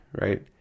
right